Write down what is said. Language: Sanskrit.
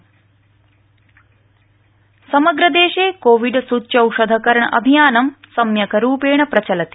कोविड सच्यौषधम समग्र देशे कोविड सूच्यौषधकरण अभियानं सम्यक् रूपेण प्रचलति